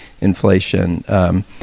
inflation